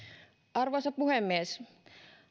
arvoisa puhemies